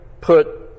put